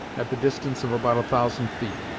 at the distance of about a thousand feet.